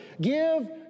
Give